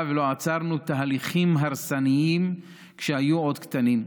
ולא עצרנו תהליכים הרסניים כשהיו עוד קטנים,